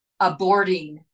aborting